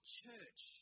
church